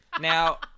Now